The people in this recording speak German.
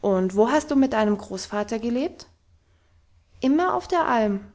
und wo hast du mit deinem großvater gelebt immer auf der alm